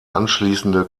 anschließende